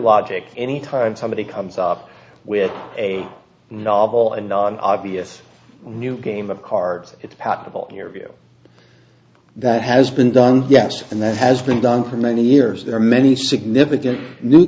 logic anytime somebody comes up with a novel and obvious new game of cards it's possible your view that has been done yes and that has been done for many years there are many significant new